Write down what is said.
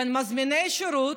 מזמיני שירות,